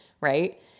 Right